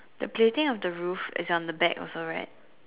the plating on the roof is on the back also right